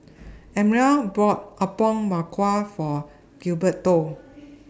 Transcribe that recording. Elmyra bought Apom Berkuah For Gilberto